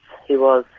he was,